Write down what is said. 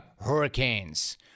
hurricanes